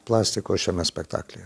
plastikos šiame spektaklyje